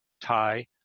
Thai